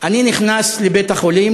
אני נכנס לבית-החולים,